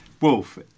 Wolf